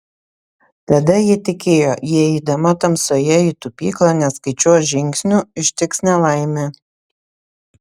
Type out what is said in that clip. tada ji tikėjo jei eidama tamsoje į tupyklą neskaičiuos žingsnių ištiks nelaimė